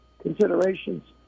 considerations